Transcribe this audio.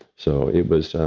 so, it was